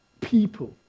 people